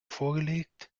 vorgelegt